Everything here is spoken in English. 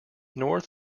north